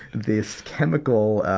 this chemical, ah,